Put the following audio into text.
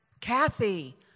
Kathy